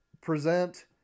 present